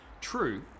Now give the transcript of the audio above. True